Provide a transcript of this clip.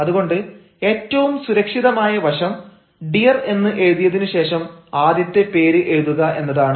അതുകൊണ്ട് ഏറ്റവും സുരക്ഷിതമായ വശം ഡിയർ എന്ന് എഴുതിയതിനു ശേഷം ആദ്യത്തെ പേര് എഴുതുക എന്നതാണ്